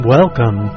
Welcome